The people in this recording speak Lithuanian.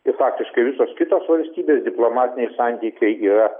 i faktiškai visos kitos valstybės diplomatiniai santykiai yra